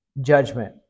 judgment